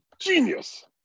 Genius